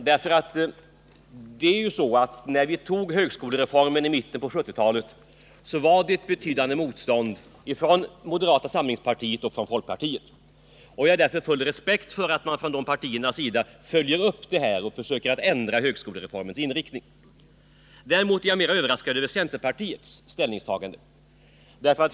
När vi antog högskolereformen i mitten av 1970-talet fanns det ett betydande motstånd från moderata samlingspartiet och folkpartiet, och jag har full respekt för att man från dessa partiers sida vill följa upp detta och försöka ändra högskolereformens inriktning. Däremot är jag mera överraskad över centerpartiets ställningstagande.